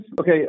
Okay